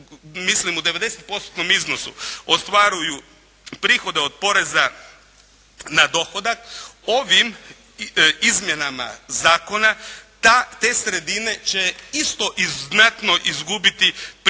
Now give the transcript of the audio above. mislim u 90%-tnom iznosu, ostvaruju prihode od poreza na dohodak, ovim izmjenama zakona te sredine će isto znatno izgubiti prihode